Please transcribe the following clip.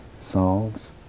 songs